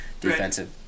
defensive